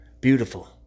Beautiful